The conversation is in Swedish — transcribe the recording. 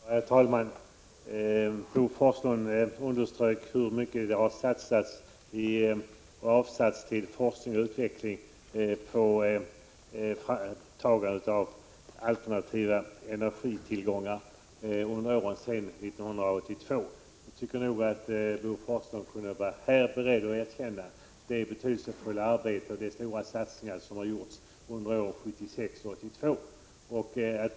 Herr talman! Bo Forslund underströk hur mycket det avsatts till forskning och utveckling kring alternativa energiformer sedan 1982. Jag tycker att Bo Forslund kunde vara beredd att erkänna det betydelsefulla arbete och de stora satsningar som gjordes från 1976 till 1982.